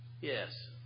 yes